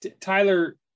Tyler